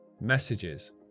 messages